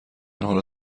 حالا